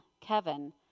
Kevin